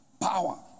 Power